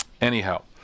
Anyhow